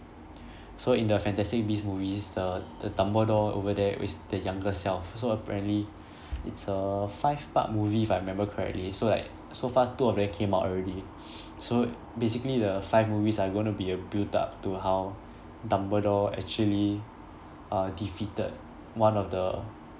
so in the fantastic beast movies the the dumbledore over there is the younger self so apparently it's a five part movie if I remember correctly so like so far two of that came out already so basically the five movies are going to be a built-up to how dumbledore actually uh defeated one of the